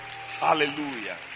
Hallelujah